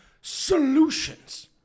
solutions